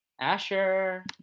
Asher